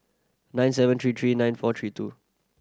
nine seven three three nine five three two